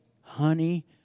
honey